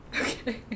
okay